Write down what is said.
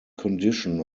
condition